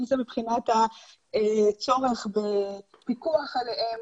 אם זה מבחינת הצורך בפיקוח עליהן